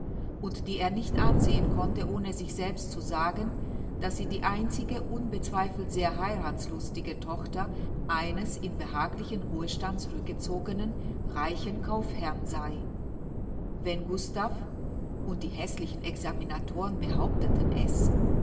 und die er nicht ansehen konnte ohne sich selbst zu sagen daß sie die einzige unbezweifelt sehr heirathslustige tochter eines in behaglichen ruhestand zurückgezogenen reichen kaufherrn sei wenn gustav und die häßlichen examinatoren behaupteten es